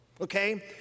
okay